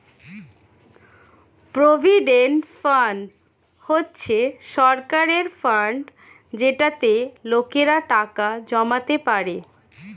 provident fund হচ্ছে সরকারের fund যেটাতে লোকেরা টাকা জমাতে পারে